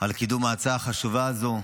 על קידום ההצעה החשובה הזו.